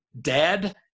dad